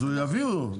אז הוא יעביר לו.